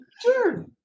Sure